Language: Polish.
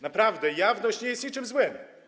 Naprawdę, jawność nie jest niczym złym.